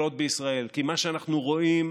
ידיים, ואנחנו נמשיך